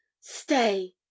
Stay